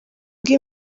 bwo